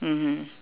mmhmm